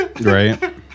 Right